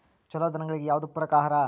ಛಲೋ ದನಗಳಿಗೆ ಯಾವ್ದು ಪೂರಕ ಆಹಾರ?